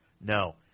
No